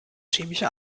chemische